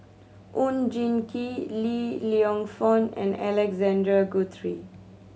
Oon Jin Gee Li Lienfung and Alexander Guthrie